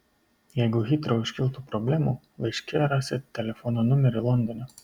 jeigu hitrou iškiltų problemų laiške rasit telefono numerį londone